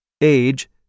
age